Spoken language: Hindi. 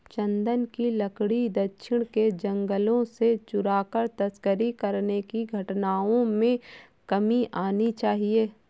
चन्दन की लकड़ी दक्षिण के जंगलों से चुराकर तस्करी करने की घटनाओं में कमी आनी चाहिए